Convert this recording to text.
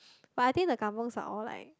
but I think the kampungs are all like